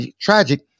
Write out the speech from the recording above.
tragic